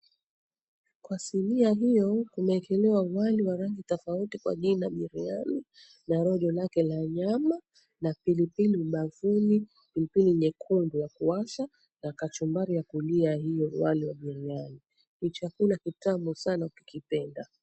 Kwa sinia hiyo imeekelewa wali wa rangi tofauti kwa jina biriyani na rojo lake la nyama, na pilipili ubavuni, pilipili nyekundu ya kuwasha na kachumbari ya kulia hiyo wali wa biriyani, ni chakula kitamu sana ukipenda.